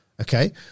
okay